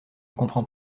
comprends